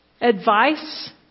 advice